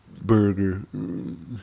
burger